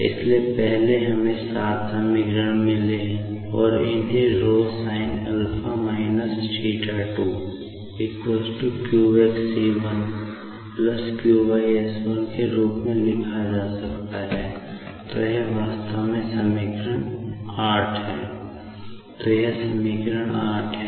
इसलिए पहले हमें सात समीकरण मिले और इन्हें ρ sin है